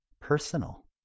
personal